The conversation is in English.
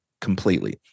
completely